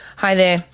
hi there,